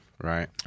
Right